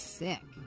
sick